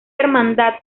hermandad